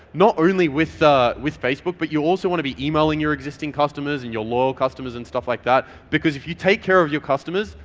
not only with ah with facebook, but you also want to be emailing your existing customers and your loyal customers and stuff like that, because if you take care of your customers,